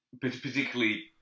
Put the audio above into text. particularly